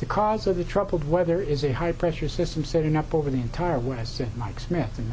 because of the troubled weather is a high pressure system setting up over the entire west said mike smith a